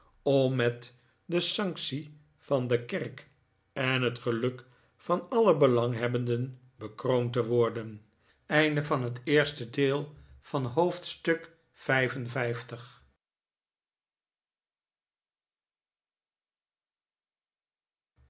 om met de sanctie van de kerk en het geluk van alle belanghebbenden bekroond te worden het